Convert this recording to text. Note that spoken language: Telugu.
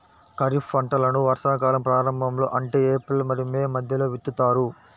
ఖరీఫ్ పంటలను వర్షాకాలం ప్రారంభంలో అంటే ఏప్రిల్ మరియు మే మధ్యలో విత్తుతారు